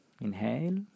Inhale